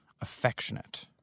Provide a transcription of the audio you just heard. affectionate